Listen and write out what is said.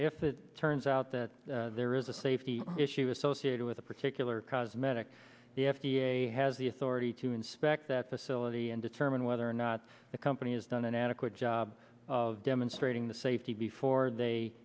if it turns out that there is a safety issue associated with a particular cosmetic the f d a has the authority to inspect that facility and determine whether or not the company has done an adequate job of demonstrating the safety before they